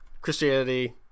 christianity